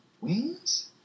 wings